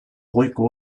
goiko